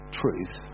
truth